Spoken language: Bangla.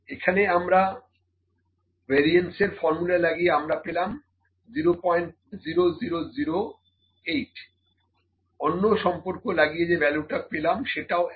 এখানে আমরা ভ্যারিয়েন্স এর ফর্মুলা লাগিয়ে আমরা পেলাম 0000৪ অন্য সম্পর্ক লাগিয়ে যে ভ্যালুটা পেলাম সেটাও এক